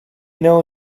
know